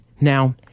Now